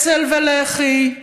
אצ"ל ולח"י,